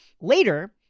Later